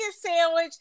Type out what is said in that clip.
sandwich